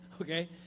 Okay